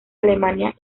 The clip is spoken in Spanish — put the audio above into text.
alemania